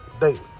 daily